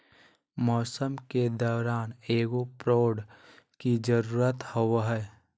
मौसम के दौरान एगो प्रोड की जरुरत होबो हइ